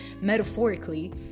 metaphorically